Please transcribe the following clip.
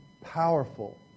Powerful